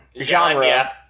genre